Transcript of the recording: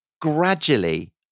gradually